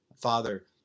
Father